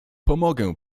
pomogę